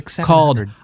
called